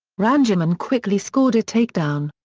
randleman quickly scored a takedown.